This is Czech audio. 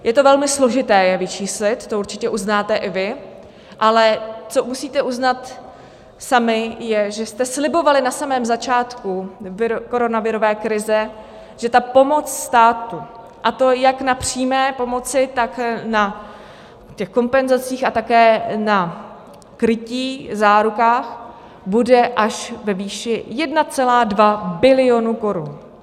Je to velmi složité je vyčíslit, to určitě uznáte i vy, ale co musíte uznat sami, je, že jste slibovali na samém začátku koronavirové krize, že ta pomoc státu, a to jak na přímé pomoci, tak na těch kompenzacích a také na krytí, zárukách, bude až ve výši 1,2 bilionu korun.